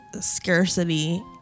scarcity